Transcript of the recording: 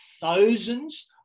thousands